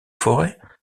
forêts